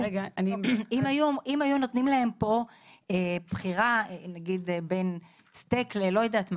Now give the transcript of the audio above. אם היו נותנים להם בחירה בין סטייק ללא יודעת מה,